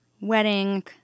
wedding